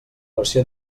versió